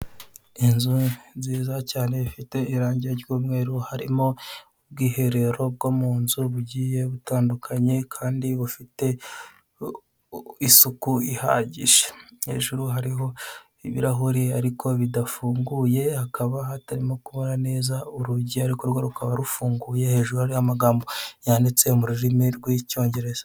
Inzu nziza cyane ifite irangi ry'umweru harimo; ubwiherero bwo munzu bugiye butandukanye kandi bufite isuku ihagije, hejuru hariho ibirahure ariko bidafunguye hakaba hatarimo kubona neza urugi ariko rwo rukaba rufunguye hejuru hakaba hariho amagambo yanditse m'ururimi rw'icyongereza.